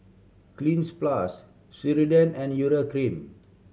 Cleanz Plus Ceradan and Urea Cream